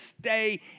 stay